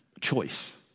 choice